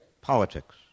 politics